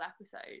episode